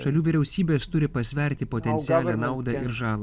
šalių vyriausybės turi pasverti pociancialią naudą ir žalą